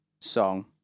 song